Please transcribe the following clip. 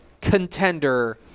contender